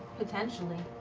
potentially.